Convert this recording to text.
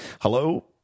Hello